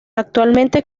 actualmente